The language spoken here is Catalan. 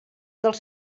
dels